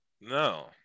No